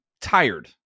tired